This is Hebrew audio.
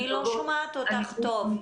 אני לא שומעת אותך טוב.